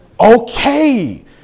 okay